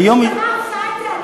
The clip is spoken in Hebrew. אשתך עושה את זה?